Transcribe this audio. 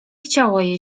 chciało